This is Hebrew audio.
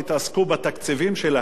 בקידום היישובים שלהם,